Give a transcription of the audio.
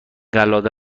قلاده